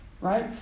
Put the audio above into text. right